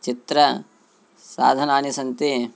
चित्रसाधनानि सन्ति